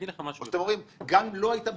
או שאתם אומרים: "גם אם בכלל לא הייתה